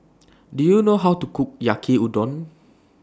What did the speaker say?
Do YOU know How to Cook Yaki Udon